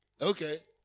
Okay